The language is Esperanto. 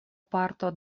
parto